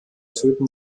töten